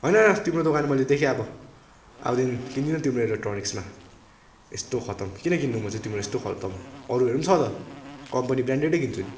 होइन तिम्रो दोकान मैले देखे अब अबदेखि किन्दिनँ तिम्रो इलेकट्रोनिक्समा यस्तो खतम किन किन्नु म चाहिँ तिम्रो यस्तो खतम अरूहरू पनि छ होला कम्पनी ब्र्यान्डेड किन्छु नि